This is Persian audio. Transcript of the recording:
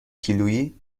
کیلوییده